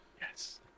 Yes